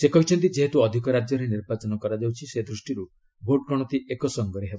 ସେ କହିଛନ୍ତି ଯେହେତୁ ଅଧିକ ରାଜ୍ୟରେ ନିର୍ବାଚନ କରାଯାଉଛି ସେ ଦୃଷ୍ଟିରୁ ଭୋଟ ଗଣତି ଏକ ସଙ୍ଗରେ ହେବ